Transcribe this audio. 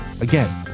Again